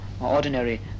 ordinary